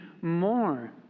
more